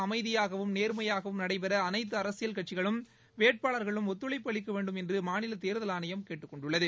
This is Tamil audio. அமைதியாகவும் நேர்மையாகவும் நடைபெறஅனைத்துஅரசியல் கட்சிகளும் வேட்பாளர்களும் ஒத்துழைப்பு அளிக்கவேண்டும் என்றுமாநிலதேர்தல் ஆணையம் கேட்டுக் கொண்டுள்ளது